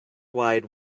wide